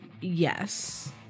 Yes